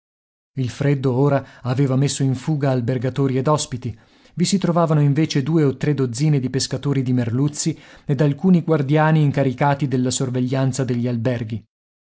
il freddo ora aveva messo in fuga albergatori ed ospiti i si trovavano invece due o tre dozzine di pescatori di merluzzi ed alcuni guardiani incaricati della sorveglianza degli alberghi